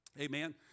Amen